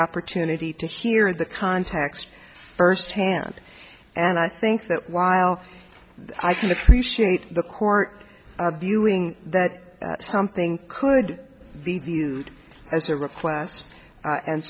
opportunity to hear the context firsthand and i think that while i can appreciate the court viewing that something could be viewed as a request and